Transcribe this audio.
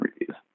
reviews